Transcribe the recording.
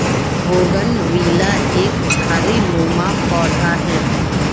bougainvillea एक झाड़ीनुमा पौधा है